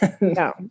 No